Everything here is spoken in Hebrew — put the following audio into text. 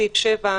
סעיף 7,